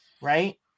right